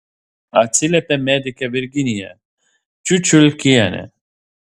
atsiliepė medikė virginija čiučiulkienė